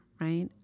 right